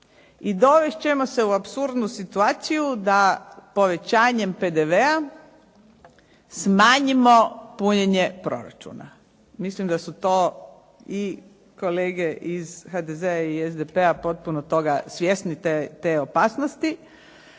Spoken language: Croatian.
I dovest ćemo se u apsurdnu situaciju da povećanjem PDV-a smanjimo punjenje proračuna. Mislim da su to kolege iz HDZ-a i SDP-a potpuno toga svjesni, te opasnosti,